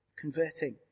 converting